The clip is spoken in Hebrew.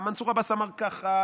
מנסור עבאס אמר ככה,